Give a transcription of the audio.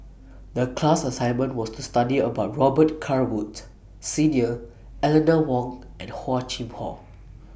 The class assignment was to study about Robet Carr Woods Senior Eleanor Wong and Hor Chim Or